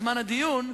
בזמן הדיון,